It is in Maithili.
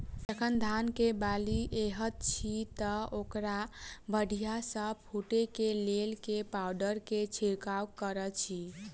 जखन धान मे बाली हएत अछि तऽ ओकरा बढ़िया सँ फूटै केँ लेल केँ पावडर केँ छिरकाव करऽ छी?